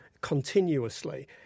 continuously